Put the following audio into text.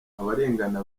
abarengana